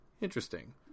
Interesting